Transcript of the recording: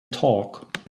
talk